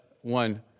one